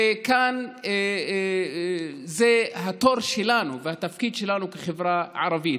וכאן זה התור שלנו והתפקיד שלנו כחברה ערבית,